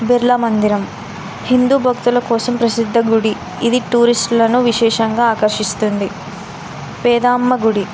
బిర్లా మందిరం హిందూ భక్తుల కోసం ప్రసిద్ధ గుడి ఇది టూరిస్టులను విశేషంగా ఆకర్షిస్తుంది పెద్దమ్మ గుడి